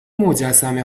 مجسمه